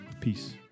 Peace